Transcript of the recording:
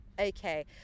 Okay